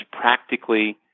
practically